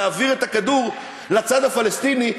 להעביר את הכדור לצד הפלסטיני.